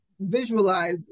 visualize